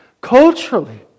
Culturally